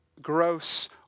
gross